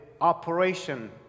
operation